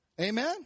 Amen